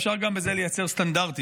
אפשר גם בזה לייצר סטנדרטים.